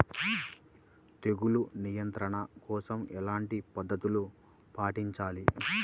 తెగులు నియంత్రణ కోసం ఎలాంటి పద్ధతులు పాటించాలి?